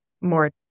more